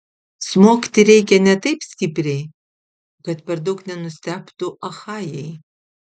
smogti reikia ne taip stipriai kad per daug nenustebtų achajai